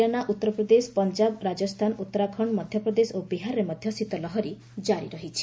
ସେହିପରି ହରିୟାଣା ଉତ୍ତରପ୍ରଦେଶ ପଞ୍ଜାବ ରାଜସ୍ଥାନ ଉତ୍ତରାଖଣ୍ଡ ମଧ୍ୟପ୍ରଦେଶ ଓ ବିହାରରେ ମଧ୍ୟ ଶୀତଲହରୀ କାରି ରହିଛି